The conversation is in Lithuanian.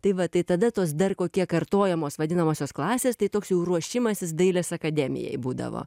tai va tai tada tos dar kokie kartojamos vadinamosios klasės tai toks jau ruošimasis dailės akademijai būdavo